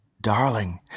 Darling